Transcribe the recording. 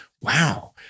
Wow